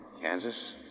Kansas